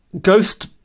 ghost